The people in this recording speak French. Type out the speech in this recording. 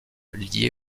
liés